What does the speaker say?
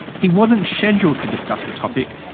he wasn't scheduled to discuss the topic.